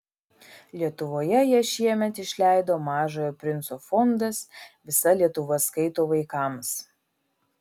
lietuvoje ją šiemet išleido mažojo princo fondas visa lietuva skaito vaikams